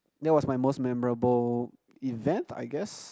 that was my most memorable event I guess